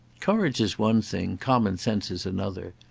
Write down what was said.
courage is one thing common sense is another.